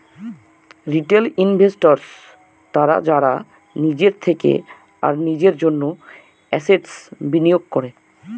retail investors তারা যারা নিজের থেকে আর নিজের জন্য এসেটস বিনিয়োগ করে